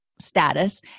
status